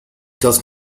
does